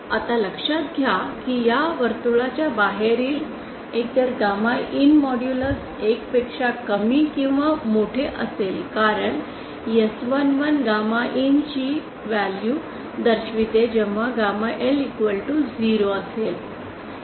तर आता लक्षात घ्या की या वर्तुळाच्या बाहेरील एकतर गॅमा IN मॉड्यूलस 1 पेक्षा कमी किंवा मोठे असेल कारण S11 गॅमा IN ची व्हॅल्यू दर्शवते जेव्हा गॅमा L 0 असेल